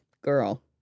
Girl